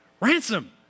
Ransom